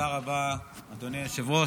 תודה רבה, אדוני היושב-ראש.